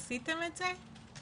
עשיתם את זה?